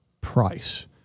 price